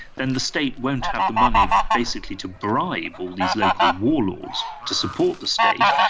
then the state won't have the money basically to bribe all these local warlords to support the state.